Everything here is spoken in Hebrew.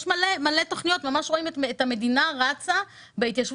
יש הרבה תכניות וממש רואים את המדינה רצה בהתיישבות